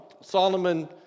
Solomon